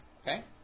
Okay